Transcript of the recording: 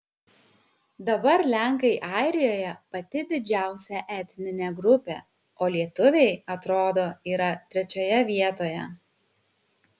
dabar lenkai airijoje pati didžiausia etninė grupė o lietuviai atrodo yra trečioje vietoje